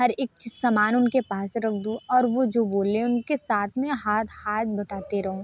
हर एक चीज़ समान उनके पास रख दूँ और वो जो बोले उनके साथ में हाथ हाथ बटाते रहूँ